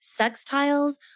Sextiles